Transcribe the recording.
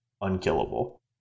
unkillable